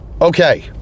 Okay